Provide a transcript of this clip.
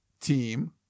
team